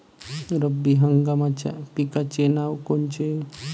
रब्बी हंगामाच्या पिकाचे नावं कोनचे?